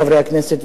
חברי הכנסת,